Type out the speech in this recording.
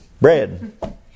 bread